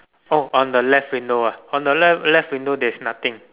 oh on the left window ah on the left left window there's nothing